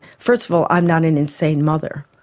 first of all i'm not an insane mother.